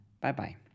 bye-bye